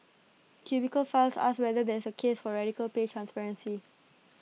cubicle files asks whether there's A case for radical pay transparency